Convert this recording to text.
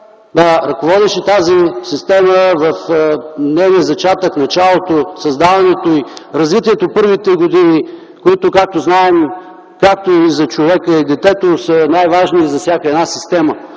той ръководеше тази система в нейния зачатък, в началото - от създаването й, развитието през първите години, които, както знаем, както за човека и детето, са най-важни за всяка една система.